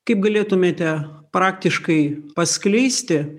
kaip galėtumėte praktiškai paskleisti